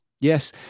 Yes